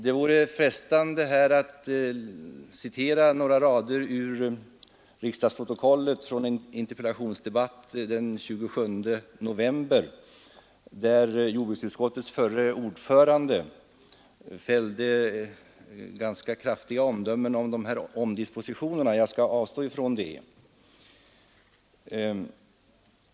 Det vore frestande att här citera några rader ur riksdagsprotokollet från en interpellationsdebatt den 27 november i fjol, där jordbruksutskottets förre ordförande fällde ganska kraftiga omdömen om dessa omdispositioner. Jag skall avstå från att göra det.